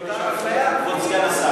למה היועץ המשפטי לא, עם זה?